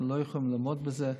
אנחנו לא יכולים לעמוד בזה.